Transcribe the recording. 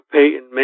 Payton